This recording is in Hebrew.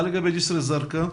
מה לגבי ג'סר א זרקא?